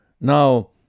Now